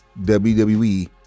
WWE